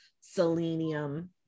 selenium